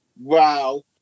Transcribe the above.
wow